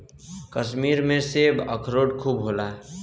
कश्मीर में सेब, अखरोट खूब होला